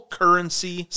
currency